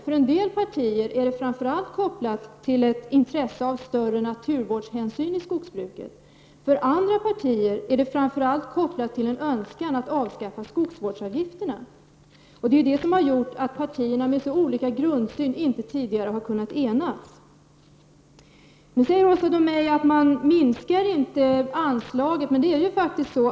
För en del partier är beslutet framför allt kopplat till intresset för större naturvårdshänsyn i skogsbruket. För andra partier är det framför allt kopplat till en önskan att avskaffa skogsvårdsavgifterna. Därför har partier med så olika grundsyn tidigare inte kunnat enas. Nu säger Åsa Domeij att anslaget inte minskar.